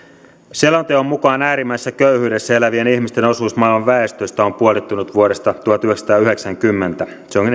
selonteon mukaan äärimmäisessä köyhyydessä elävien ihmisten osuus maailman väestöstä on puolittunut vuodesta tuhatyhdeksänsataayhdeksänkymmentä se on